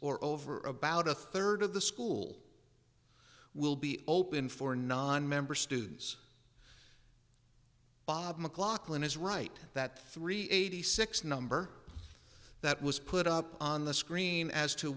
or over about a third of the school will be open for nonmember stu's bob mclachlan is right that three eighty six number that was put up on the screen as to